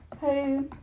Hey